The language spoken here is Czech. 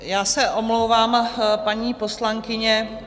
Já se omlouvám, paní poslankyně.